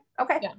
Okay